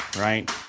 right